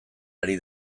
ari